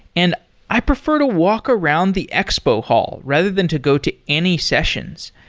and i prefer to walk around the expo hall rather than to go to any sessions.